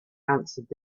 answered